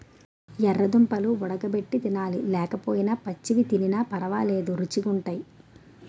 యెర్ర దుంపలు వుడగబెట్టి తినాలి లేకపోయినా పచ్చివి తినిన పరవాలేదు రుచీ గుంటయ్